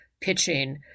pitching